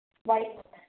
വൈക്കോട്ടെ